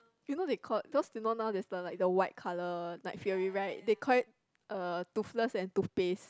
you know they called because you know now there's the like the white colour Night-Fury right they call it uh Toothless and Toothpaste